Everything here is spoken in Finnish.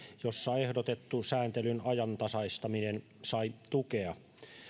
jossa ehdotettu sääntelyn ajantasaistaminen sai tukea